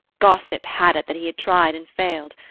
gossip had it that he had tried and failed.